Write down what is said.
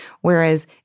Whereas